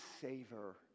savor